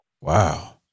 Wow